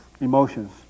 emotions